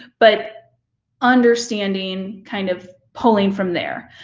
but understanding, kind of pulling from there.